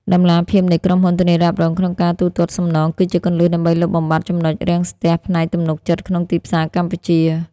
តម្លាភាពនៃក្រុមហ៊ុនធានារ៉ាប់រងក្នុងការទូទាត់សំណង គឺជាគន្លឹះដើម្បីលុបបំបាត់ចំណុចរាំងស្ទះផ្នែកទំនុកចិត្តក្នុងទីផ្សារកម្ពុជា។